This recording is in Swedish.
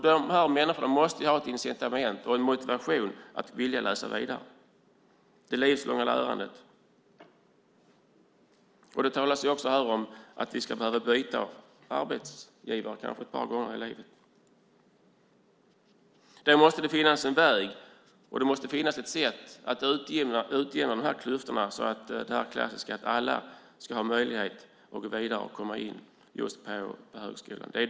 Dessa människor måste ha ett incitament för att läsa vidare - det livslånga lärandet. Här talas det också om att vi kanske ska behöva byta arbetsgivare ett par gånger i livet. Då måste det finnas en väg och ett sätt att utjämna klyftorna så att alla ska ha möjlighet att gå vidare och komma in på högskolan.